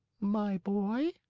my boy,